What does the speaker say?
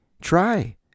Try